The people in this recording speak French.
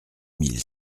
mille